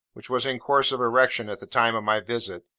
which was in course of erection at the time of my visit,